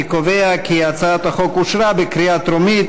אני קובע כי הצעת החוק אושרה בקריאה טרומית